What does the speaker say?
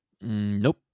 Nope